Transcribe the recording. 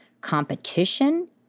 competition